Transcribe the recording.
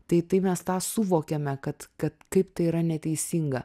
tai tai mes tą suvokiame kad kad kaip tai yra neteisinga